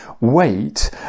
wait